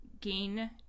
gain